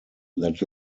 that